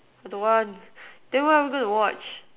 I don't want then what are we going to watch